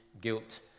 guilt